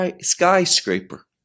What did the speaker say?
skyscraper